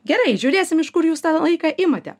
gerai žiūrėsim iš kur jūs tą laiką imate